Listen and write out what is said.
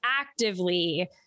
actively